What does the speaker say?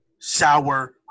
Sour